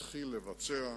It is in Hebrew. התחיל לבצע.